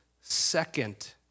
second